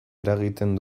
eragiten